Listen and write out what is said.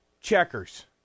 Checkers